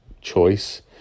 choice